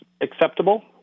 acceptable